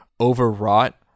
overwrought